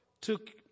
took